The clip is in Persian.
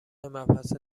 مبحث